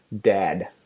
dad